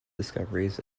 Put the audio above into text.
discoveries